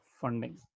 funding